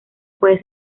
puede